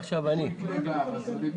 יקנה באמזון.